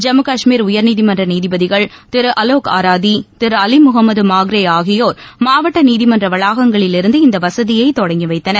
ஜம்மு கஷ்மீர் உயர்நீதிமன்ற நீதிபதிகள் திரு அலோக் ஆராதி திரு அலி முகமது மாக்ரே ஆகியோர் மாவட்ட நீதிமன்ற வளாகங்களிலிருந்து இந்த வசதியை தொடங்கி வைத்தனர்